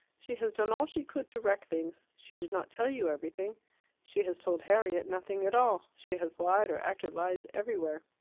she has done all she could to wreck things she did not tell you everything she has told harriet nothing at all she has lied or acted lies everywhere.